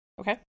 Okay